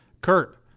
Kurt